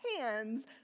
hands